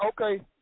okay